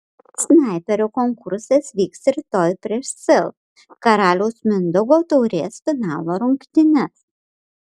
snaiperio konkursas vyks rytoj prieš sil karaliaus mindaugo taurės finalo rungtynes